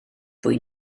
fwy